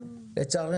אבל אם נקצר,